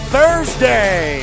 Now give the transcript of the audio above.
Thursday